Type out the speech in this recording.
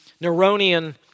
Neronian